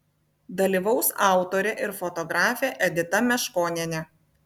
dalyvaus autorė ir fotografė edita meškonienė